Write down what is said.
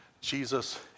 Jesus